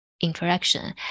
interaction